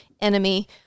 enemy